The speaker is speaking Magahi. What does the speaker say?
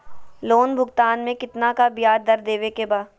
लोन भुगतान में कितना का ब्याज दर देवें के बा?